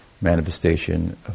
manifestation